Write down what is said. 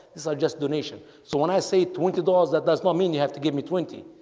these are just donation so when i say twenty dollars that does not mean you have to give me twenty,